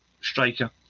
striker